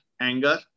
anger